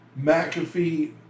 McAfee